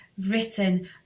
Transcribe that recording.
written